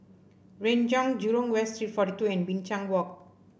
Renjong Jurong West Street forty two and Binchang Walk